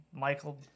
Michael